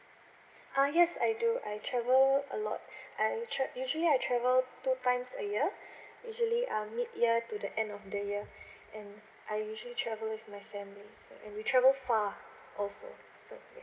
uh yes I do I travel a lot I usually I travel two times a year usually uh mid year to the end of the year and I usually travel with my families so and we travel far also so